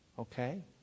Okay